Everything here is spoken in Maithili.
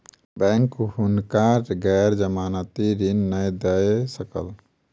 बैंक हुनका गैर जमानती ऋण नै दय सकल